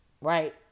right